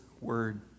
word